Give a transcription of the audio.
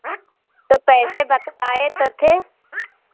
तो पैसे बताये तो थे